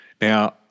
Now